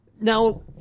Now